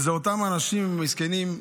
ואלה אותם אנשים מסכנים,